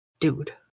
dude